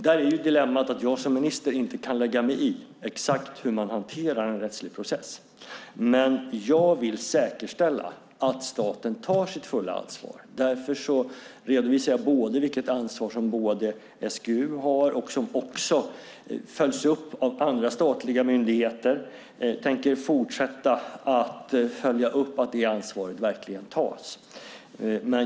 Där är ju dilemmat att jag som minister inte kan lägga mig i exakt hur man hanterar en rättslig process. Men jag vill säkerställa att staten tar sitt fulla ansvar. Därför redovisar jag vilket ansvarsområde SGU har, vilket också följs upp av andra statliga myndigheter. Jag tänker fortsätta följa upp att det ansvaret verkligen tas.